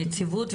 הנציבות,